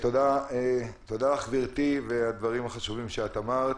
תודה לך, גברתי, על הדברים החשובים שאמרת.